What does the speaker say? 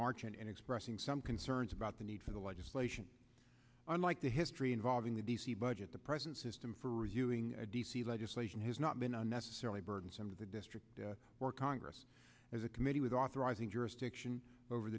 march and expressing some concerns about the need for the legislation unlike the history involving the d c budget the present system for reviewing d c legislation has not been unnecessarily burdensome to the district or congress as a committee with authorizing jurisdiction over